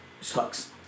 sucks